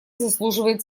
заслуживает